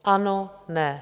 Ano, ne.